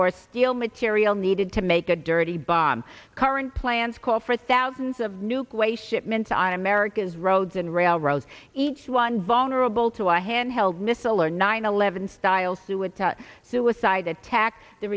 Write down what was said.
or steal material needed to make a dirty bomb current plans call for thousands of nuke way shipments on america's roads and railroads each one vulnerable to a handheld missile or nine eleven styles to add to a suicide attack the